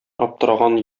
аптыраган